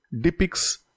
depicts